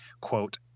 quote